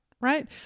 right